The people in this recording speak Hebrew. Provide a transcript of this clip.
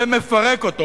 ומפרק אותו,